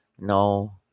No